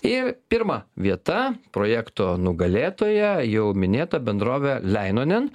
ir pirma vieta projekto nugalėtoja jau minėta bendrovė leinonen